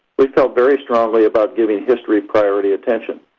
we felt very strongly about giving history priority attention.